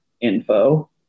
info